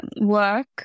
work